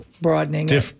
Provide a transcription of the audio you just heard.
broadening